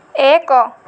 ଏକ